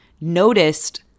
noticed